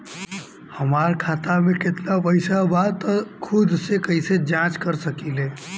हमार खाता में केतना पइसा बा त खुद से कइसे जाँच कर सकी ले?